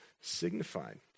signified